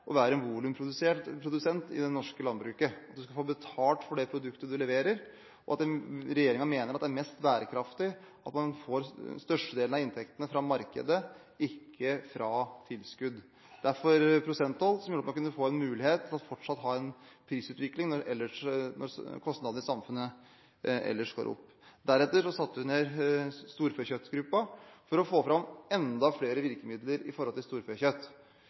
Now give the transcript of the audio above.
å være en volumprodusent i det norske landbruket. Man skulle få betalt for det produktet man leverer, og regjeringen mener at det er mest bærekraftig at man får størstedelen av inntektene fra markedet, ikke fra tilskudd. Derfor prosenttall, som gjorde at man kunne få en mulighet til fortsatt å ha en prisutvikling når kostnadene i samfunnet ellers går opp. Deretter satte vi ned storfekjøttgruppa for å få fram enda flere virkemidler med hensyn til storfekjøtt.